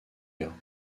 heure